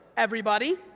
everybody.